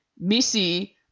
Missy